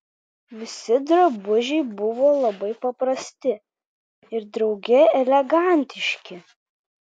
visi drabužiai buvo labai paprasti ir drauge elegantiški